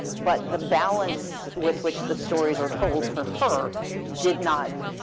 but the balance with which the stories are told for her did not,